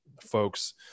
folks